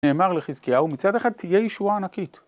נאמר לחזקיהו, מצד אחד תהיה ישועה ענקית.